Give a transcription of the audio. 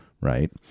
right